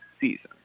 season